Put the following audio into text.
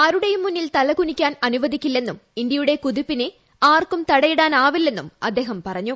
ആരുടേയും മുന്നിൽ തല കുനിക്കാൻ അനുവദിക്കില്ലെന്നും ഇന്തൃയുടെ കുതിപ്പിന് ആർക്കും തടയാൻ ആവില്ലെന്നും അദ്ദേഹം പറഞ്ഞു